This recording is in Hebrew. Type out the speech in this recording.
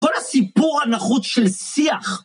‫כל הסיפור הנחות של שיח.